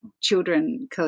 children